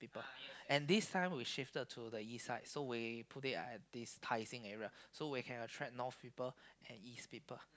and this time we shifted to the east side so we put it at this Tai-Seng area so we can attract north people and east people